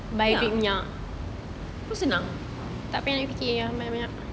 pun senang